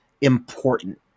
important